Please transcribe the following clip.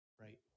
Right